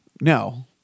no